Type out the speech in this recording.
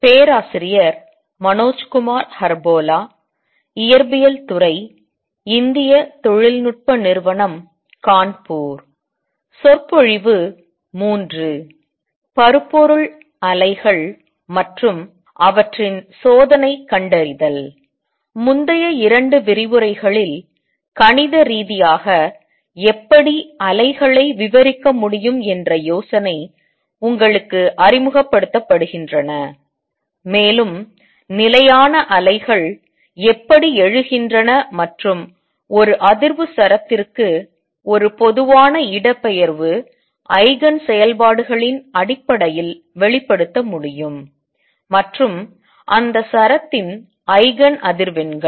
பருப்பொருள் அலைகள் மற்றும் அவற்றின் சோதனை கண்டறிதல் முந்தைய 2 விரிவுரைகளில் கணித ரீதியாக எப்படி அலைகளை விவரிக்க முடியும் என்ற யோசனை உங்களுக்கு அறிமுகப்படுத்தப்படுகின்றன மேலும் நிலையான அலைகள் எப்படி எழுகின்றன மற்றும் ஒரு அதிர்வுசரத்திற்கு ஒரு பொதுவான இடப்பெயர்வு ஐகன் செயல்பாடுகளின் அடிப்படையில் வெளிப்படுத்த முடியும் மற்றும் அந்த சரத்தின் ஐகன் அதிர்வெண்கள்